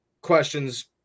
questions